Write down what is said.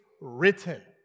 written